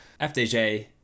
FDJ